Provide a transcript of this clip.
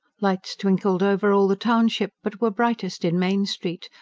lights twinkled over all the township, but were brightest in main street,